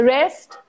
Rest